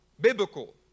biblical